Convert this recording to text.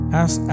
ask